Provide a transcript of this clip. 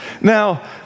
Now